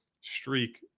streak